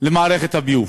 למערכת הביוב.